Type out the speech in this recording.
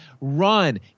run